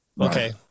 Okay